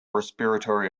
respiratory